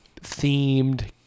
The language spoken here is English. themed